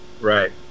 Right